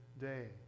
day